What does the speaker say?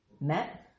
met